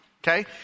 Okay